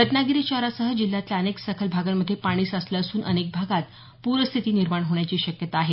रत्नागिरी शहरासह जिल्ह्यातल्या अनेक सखल भागांमध्ये पाणी साचलं असून अनेक भागात पूरस्थिती निर्माण होण्याची शक्यता आहे